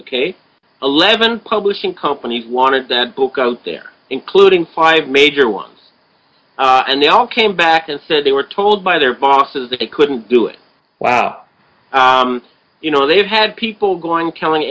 ok eleven publishing companies wanted that book out there including five major ones and they all came back and said they were told by their bosses that they couldn't do it you know they've had people going telling